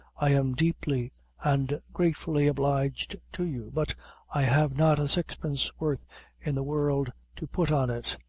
i am deeply and gratefully obliged to you but i have not a sixpence worth in the world to put on it.